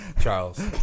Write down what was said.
Charles